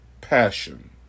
passion